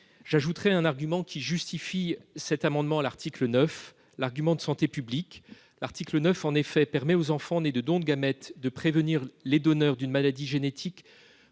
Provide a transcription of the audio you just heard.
J'ajoute un argument en faveur de cet amendement à l'article 9 : l'argument de santé publique. Cet article permet en effet aux enfants nés de dons de gamètes de prévenir les donneurs d'une maladie génétique